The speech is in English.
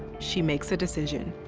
she makes a decision.